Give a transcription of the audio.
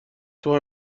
توی